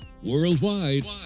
worldwide